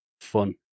fun